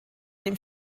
dem